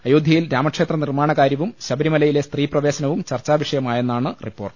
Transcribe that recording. അയോ ധ്യയിൽ രാമക്ഷേത്ര നിർമാണകാര്യവും ശബരിമലയിലെ സ്ത്രീ പ്രവേശനവും ചർച്ചാ വിഷയമായെന്നാണ് റിപ്പോർട്ട്